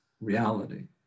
reality